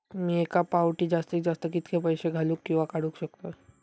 मी एका फाउटी जास्तीत जास्त कितके पैसे घालूक किवा काडूक शकतय?